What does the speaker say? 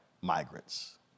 migrants